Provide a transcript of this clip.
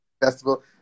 festival